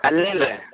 അലിൻ അല്ലേ